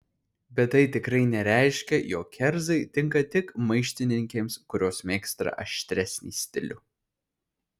bet tai tikrai nereiškia jog kerzai tinka tik maištininkėms kurios mėgsta aštresnį stilių